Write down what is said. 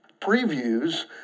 previews